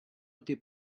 été